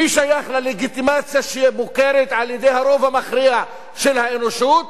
מי שייך ללגיטימציה שמוכרת על-ידי הרוב המכריע של האנושות